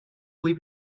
leave